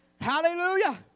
Hallelujah